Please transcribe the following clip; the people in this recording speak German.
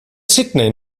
sydney